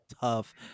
tough